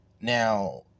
Now